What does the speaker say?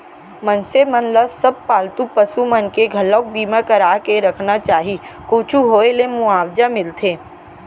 मनसे मन ल सब पालतू पसु मन के घलोक बीमा करा के रखना चाही कुछु होय ले मुवाजा मिलथे